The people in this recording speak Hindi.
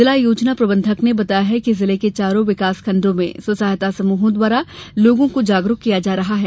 जिला योजना प्रबंधक ने बताया है कि जिले के चारों विकासखण्डों में स्व सहायता समूहों द्वारा लोगों को जागरूक किया जा रहा है